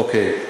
אוקיי.